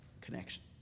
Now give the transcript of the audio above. connection